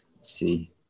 see